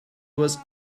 was